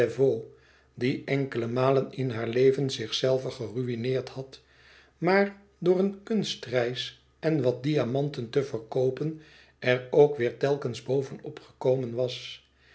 die enkele malen in haar leven zichzelve geruïneerd had maar door een kunstreis en wat diamanten te verkoopen er ook weêr telkens boven op gekomen was